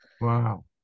Wow